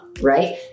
Right